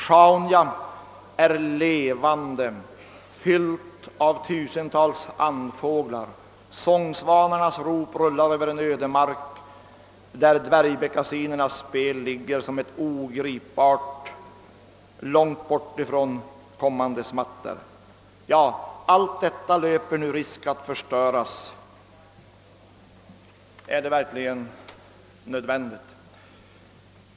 ——— Sjaunja är levande, fyllt av tusentals andfåglar. Sångsvanarnas rop rullar över en ödemark där dvärgbeckasinernas spel ligger som ett ogripbart, långt bortifrån kommande smatter.» Allt detta löper nu risk att förstöras. Är det verkligen nödvändigt?